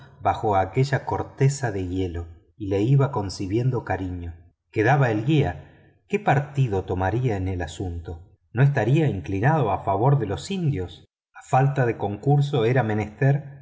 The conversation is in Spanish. bajo aquella corteza de hielo y le iba concibiendo cariño quedaba el guía qué partido tomaría en el asunto no estaría inclinado a favor de los indios a falta de concurso era menester